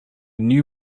new